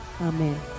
Amen